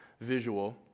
visual